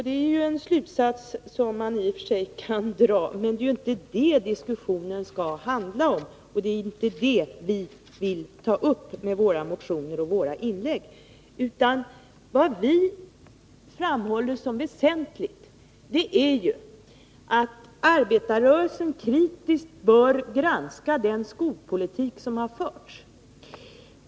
Det är en slutsats som man i och för sig kan dra, men det är inte det diskussionen skall handla om. Det är inte det vi vill åstadkomma med våra motioner och våra inlägg. Vad vi framhåller som väsentligt är att arbetarrörelsen kritiskt bör granska den skolpolitik som har förts.